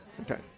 Okay